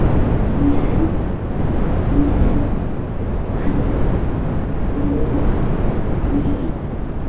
ᱮᱭᱟᱭ ᱮᱭᱟᱭ ᱟᱨᱮ ᱯᱩᱱ ᱢᱤᱫ